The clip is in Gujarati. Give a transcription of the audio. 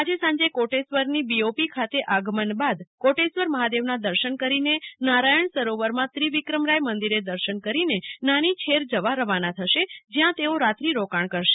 આજે સાંજે કોટેશ્વરની બીઓપી ખાતે આગમન બાદ કોટેશ્વર મહાદેવના દર્શન કરીને નારાયણ સરોવરમાં ત્રિવિક્રમરાય મંદિરે દર્શન કરીને નાની છેર જવા રવાના થશે જ્યાં તેઓ રાત્રિ રોકાણ કરશે